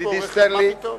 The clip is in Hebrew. ידידי סטנלי,